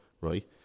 right